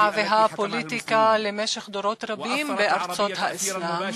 והפוליטיקה למשך דורות רבים בארצות האסלאם,